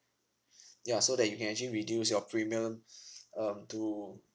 ya so that you can actually reduce your premium um to